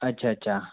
अच्छा अच्छा